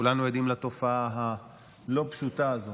כולנו עדים לתופעה הלא-פשוטה הזו,